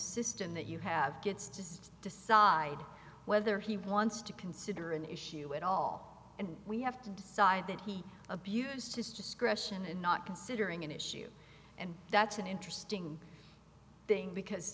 system that you have gets just decide whether he wants to consider an issue at all and we have to decide that he abused his discretion and not considering an issue and that's an interesting thing because